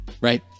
right